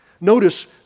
Notice